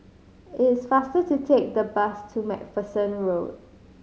it's faster to take the bus to Macpherson Road